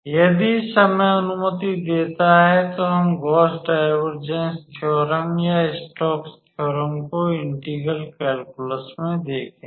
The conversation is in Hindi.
यदि समय अनुमति देता है तो हम गॉस डाइवरजेन्स थिओरम या स्टोक्स थिओरम को इंटेग्रल कैल्कुलस में देखेंगे